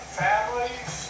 families